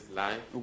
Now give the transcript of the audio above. life